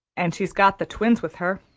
and she's got the twins with her.